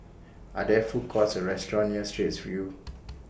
Are There Food Courts Or restaurants near Straits View